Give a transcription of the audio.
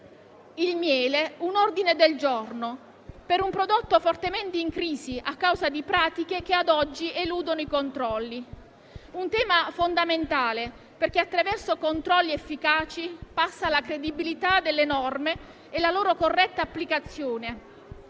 Assemblea un ordine del giorno su un prodotto - il miele - fortemente in crisi a causa di pratiche che a oggi eludono i controlli. Si tratta di un tema fondamentale perché attraverso controlli efficaci passano la credibilità delle norme e la loro corretta applicazione;